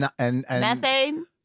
Methane